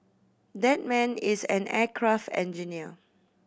that man is an aircraft engineer